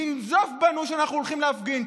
לנזוף בנו שאנחנו הולכים להפגין.